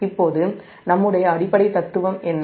இப்போது நம்முடைய அடிப்படை தத்துவம் என்ன